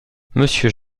monsieur